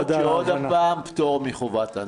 למרות שזה עוד פעם פטור מחובת הנחה.